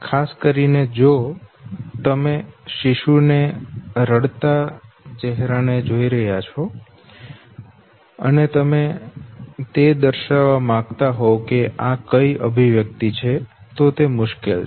ખાસ કરીને જો તમે શિશુ ના રડતા ચેહરા ને જોઈ રહ્યા છો અને તમે તે દર્શાવવા માંગતા હોવ કે આ કઈ અભિવ્યક્તિ છે તો તે મુશ્કેલ છે